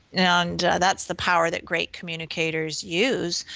and that's the power that great communicators used,